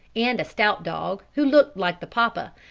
and a stout dog, who looked like the papa,